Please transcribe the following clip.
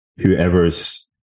Whoever's